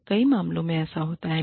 तो कई मामलों में ऐसा होता है